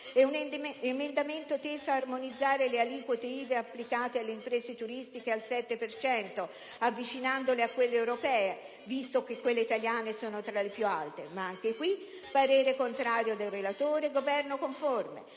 e un emendamento teso ad armonizzare le aliquote IVA applicate alle imprese turistiche al 7 per cento, avvicinandole a quelle europee visto che quelle italiane sono tra le più alte. Ma, anche in questo caso: parere contrario del relatore, Governo conforme.